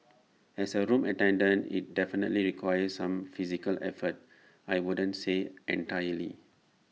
as A room attendant IT definitely requires some physical effort I wouldn't say entirely